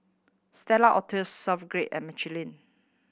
Stella Artois Swissgear and Michelin